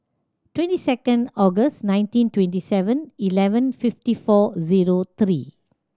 twenty second August nineteen twenty Seven Eleven fifty four zero three